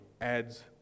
adds